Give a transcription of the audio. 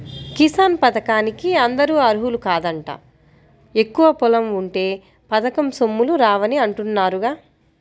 కిసాన్ పథకానికి అందరూ అర్హులు కాదంట, ఎక్కువ పొలం ఉంటే పథకం సొమ్ములు రావని అంటున్నారుగా